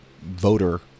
voter